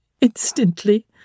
instantly